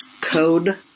code